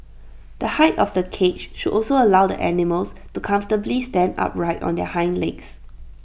the height of the cage should also allow the animals to comfortably stand upright on their hind legs